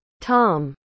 Tom